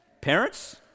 Parents